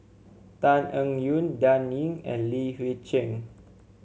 Tan Eng Yoon Dan Ying and Li Hui Cheng